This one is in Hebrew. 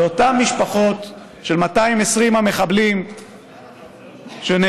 לאותן משפחות של 220 המחבלים שנהרגו